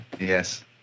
Yes